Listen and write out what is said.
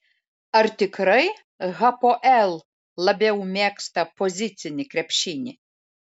ar tikrai hapoel labiau mėgsta pozicinį krepšinį